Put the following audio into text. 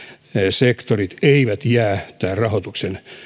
sektorit eivät jää rahoituksen